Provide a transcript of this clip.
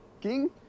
king